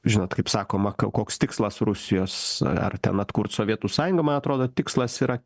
žinot kaip sakoma ka koks tikslas rusijos ar ten atkurt sovietų sąjungą man atrodo tikslas yra